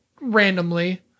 randomly